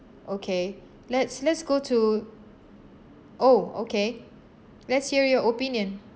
okay let's let's go to oh okay let's hear your opinion